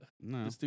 No